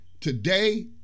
Today